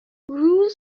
rules